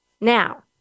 now